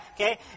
okay